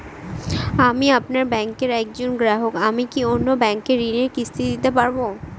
আমি আপনার ব্যাঙ্কের একজন গ্রাহক আমি কি অন্য ব্যাঙ্কে ঋণের কিস্তি দিতে পারবো?